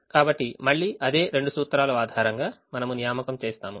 కాబట్టి మళ్ళీ అదే రెండు సూత్రాల ఆధారంగా మనము నియామకం చేస్తాము